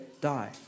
die